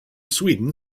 sweden